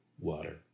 water